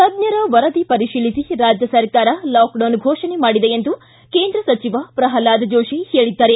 ತಜ್ಜರ ವರದಿ ಪರಿಶೀಲಿಸಿ ರಾಜ್ಯ ಸರ್ಕಾರ ಲಾಕ್ಡೌನ್ ಫೋಷಣೆ ಮಾಡಿದೆ ಎಂದು ಕೇಂದ್ರ ಸಚಿವ ಪ್ರಲ್ವಾದ್ ಜೋಶಿ ಹೇಳಿದ್ದಾರೆ